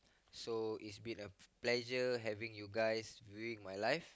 so is been a pleasure having you guys viewing my life